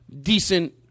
decent